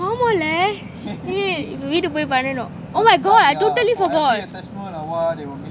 ஆமா:aama lah shit இப்ப வீட்டுக்கு போய் பண்ணனும்:ippa veetukku poai pannanum oh my god I totally forgot